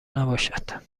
نباشد